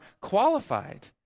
qualified